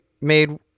made